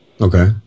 okay